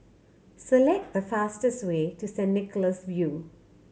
select the fastest way to St Nicholas View